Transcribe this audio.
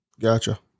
Gotcha